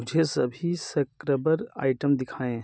मुझे सभी scrubber item दिखाएँ